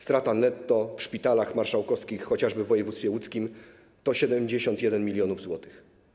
Strata netto w szpitalach marszałkowskich chociażby w województwie łódzkim to 71 mln zł.